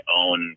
own